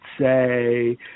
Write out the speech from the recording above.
say